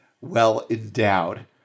well-endowed